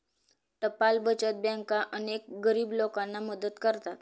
टपाल बचत बँका अनेक गरीब लोकांना मदत करतात